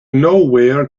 nowhere